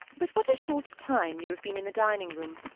but what a short time you have been in the dining-room!